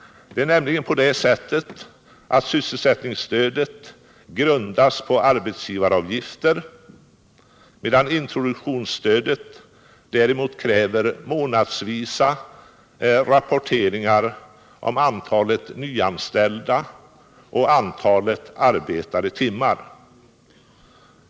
Sysselsättningsstödet grundas nämligen på arbetsgivaravgifter, medan introduktionsstödet däremot kräver månadsvisa uppgifter om antalet nyanställda och antalet arbetade timmar.